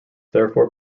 therefore